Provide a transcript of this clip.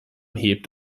hebt